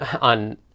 on